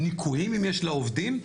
ניכויים אם יש לעובדים,